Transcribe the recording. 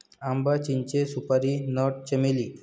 आंबा, चिंचे, सुपारी नट, चमेली